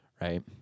right